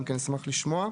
גם כן אשמח לשמוע.